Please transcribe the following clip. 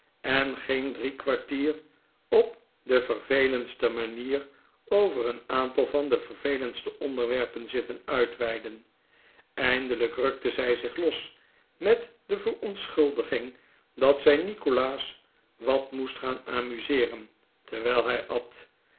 en ging drie kwartier op de vervelendste manier over een aantal van de vervelendste onderwerpen zitten uitweiden eindelijk rukte zij zich los met de verontschuldiging dat zij nikolaas wat moest gaan amuseeren terwijl hij at